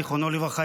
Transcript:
זיכרונו לברכה,